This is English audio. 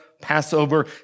Passover